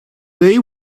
they